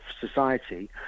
society